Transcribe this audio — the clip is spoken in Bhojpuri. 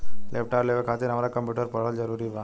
लैपटाप लेवे खातिर हमरा कम्प्युटर पढ़ल जरूरी बा?